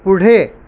पुढे